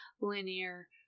linear